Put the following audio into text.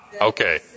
okay